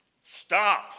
Stop